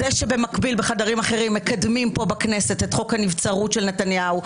זה שבמקביל מקדמים פה בכנסת את חוק הנבצרות של נתניהו,